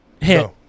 hit